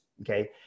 Okay